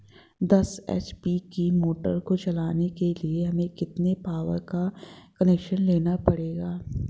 दस एच.पी की मोटर को चलाने के लिए हमें कितने पावर का कनेक्शन लेना पड़ेगा?